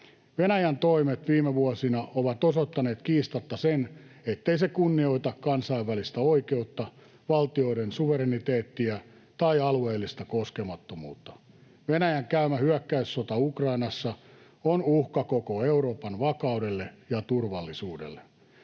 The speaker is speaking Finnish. Venäjän toimet viime vuosina ovat osoittaneet kiistatta sen, ettei se kunnioita kansainvälistä oikeutta, valtioiden suvereniteettia tai alueellista koskemattomuutta. Venäjän käymä hyökkäyssota Ukrainassa on uhka koko Euroopan vakaudelle ja turvallisuudelle.